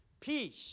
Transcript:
peace